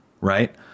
Right